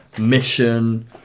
mission